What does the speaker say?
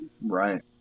right